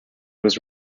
was